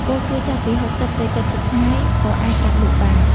ពោលគឺចាប់ពី៦០ទៅ៧០ថ្ងៃ ក៏អាចកាត់លក់បាន។